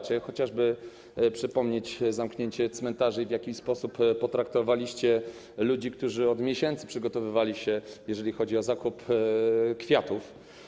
Wystarczy chociażby przypomnieć zamknięcie cmentarzy i to, w jaki sposób potraktowaliście ludzi, którzy od miesięcy przygotowywali się, jeżeli chodzi o zakup kwiatów.